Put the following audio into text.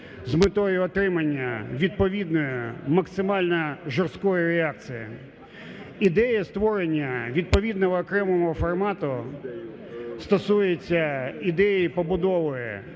з метою отримання відповідної максимально жорсткої реакції. Ідея створення відповідного окремого формату стосується ідеї побудови